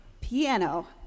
Piano